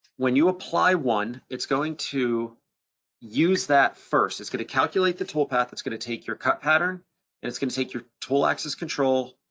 when you apply one, it's going to use that first, it's gonna calculate the toolpath, it's gonna take your pattern, and it's gonna take your tool axis control,